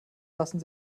lassen